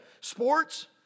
sports